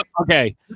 Okay